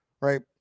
right